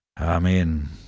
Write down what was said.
Amen